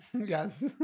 Yes